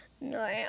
No